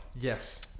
Yes